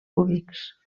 cúbics